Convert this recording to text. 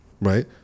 right